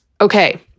Okay